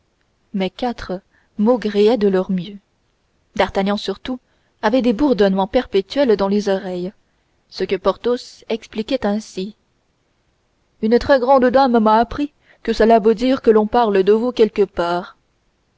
mais quatre maugréaient de leur mieux d'artagnan surtout avait des bourdonnements perpétuels dans les oreilles ce que porthos expliquait ainsi une très grande dame m'a appris que cela veut dire que l'on parle de vous quelque part